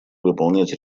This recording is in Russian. выполнять